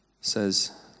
says